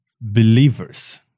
believers